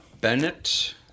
Bennett